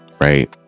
right